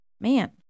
Man